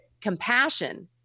Compassion